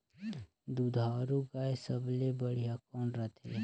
दुधारू गाय सबले बढ़िया कौन रथे?